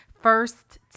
first